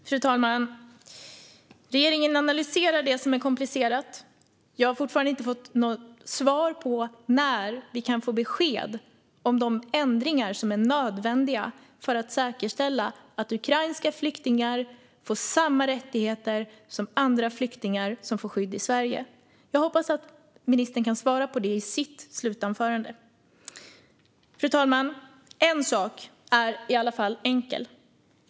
Fru talman! Regeringen analyserar det som är komplicerat. Jag har fortfarande inte fått något svar på när vi kan få besked om de ändringar som är nödvändiga för att säkerställa att ukrainska flyktingar får samma rättigheter som andra flyktingar som får skydd i Sverige. Jag hoppas att ministern kan svara på det i sitt slutanförande. Fru talman! En sak är i alla fall enkel.